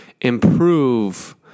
improve